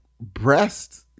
breast